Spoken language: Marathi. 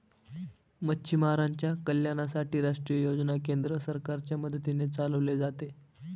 मच्छीमारांच्या कल्याणासाठी राष्ट्रीय योजना केंद्र सरकारच्या मदतीने चालवले जाते